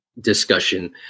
discussion